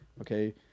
Okay